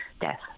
death